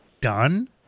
done